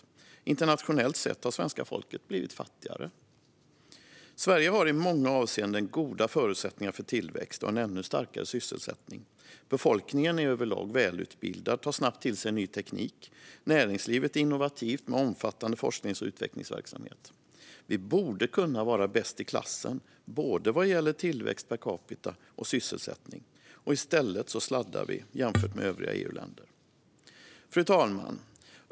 Internationellt sett har svenska folket blivit fattigare. Sverige har i många avseenden goda förutsättningar för tillväxt och en ännu starkare sysselsättning. Befolkningen är överlag välutbildad och tar snabbt till sig ny teknik. Näringslivet är innovativt med omfattande forsknings och utvecklingsverksamhet. Vi borde kunna vara bäst i klassen vad gäller både tillväxt per capita och sysselsättning. I stället sladdar vi jämfört med övriga EU-länder. Fru talman!